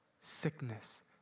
Sickness